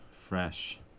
fresh